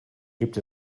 gibt